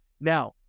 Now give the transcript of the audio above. Now